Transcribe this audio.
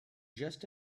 just